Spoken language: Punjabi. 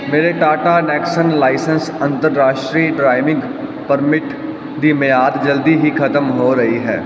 ਮੇਰੇ ਟਾਟਾ ਨੈਕਸਨ ਲਾਇਸੈਂਸ ਅੰਤਰਰਾਸ਼ਟਰੀ ਡਰਾਈਵਿੰਗ ਪਰਮਿਟ ਦੀ ਮਿਆਦ ਜਲਦੀ ਹੀ ਖ਼ਤਮ ਹੋ ਰਹੀ ਹੈ